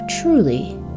truly